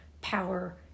power